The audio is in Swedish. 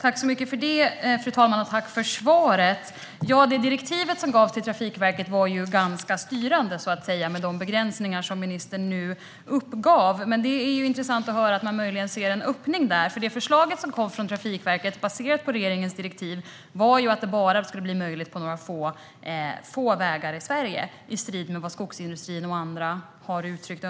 Fru talman! Jag tackar för svaret. Direktivet som gavs till Trafikverket var ganska styrande, så att säga, med de begränsningar som ministern nu redogjorde för. Men det är intressant att höra att man möjligen ser en öppning där, för förslaget som kom från Trafikverket, baserat på regeringens direktiv, var att det skulle bli möjligt på bara några få vägar i Sverige, i strid med vad skogsindustrin och andra har uttryckt behov